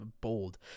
bold